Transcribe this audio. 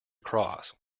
across